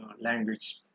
language